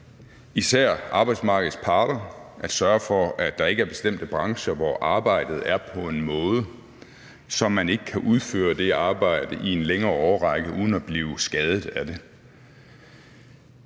især arbejdsmarkedets parter at sørge for, at der ikke er bestemte brancher, hvor arbejdet er på en måde, så man ikke kan udføre det arbejde i en længere årrække uden at blive skadet af det.